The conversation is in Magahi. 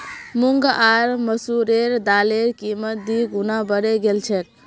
मूंग आर मसूरेर दालेर कीमत दी गुना बढ़े गेल छेक